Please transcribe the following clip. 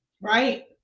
Right